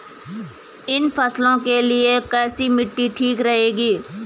इन फसलों के लिए कैसी मिट्टी ठीक रहेगी?